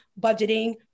budgeting